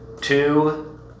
Two